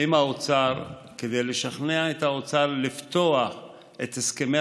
עם האוצר כדי לשכנע את האוצר לפתוח את הסכמי